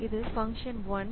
இது ஃபங்ஷன் 1